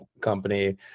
company